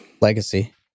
legacy